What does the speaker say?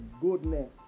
goodness